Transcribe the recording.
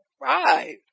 right